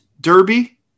derby